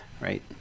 right